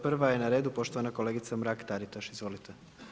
Prva je na redu poštovana kolegica Mrak-Taritaš, izvolite.